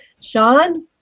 sean